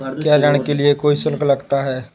क्या ऋण के लिए कोई शुल्क लगता है?